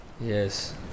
Yes